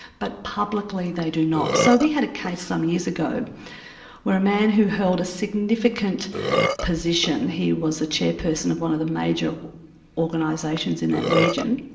but publicly they do not. so we had a case some years ago where a man who held a significant position, he was a chairperson of one of the major organisations in that reason,